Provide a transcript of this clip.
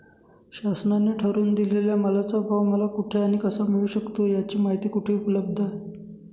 शासनाने ठरवून दिलेल्या मालाचा भाव मला कुठे आणि कसा मिळू शकतो? याची माहिती कुठे उपलब्ध आहे?